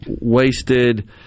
wasted